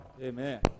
Amen